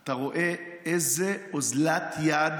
אתה רואה איזו אוזלת יד